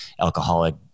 alcoholic